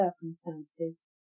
circumstances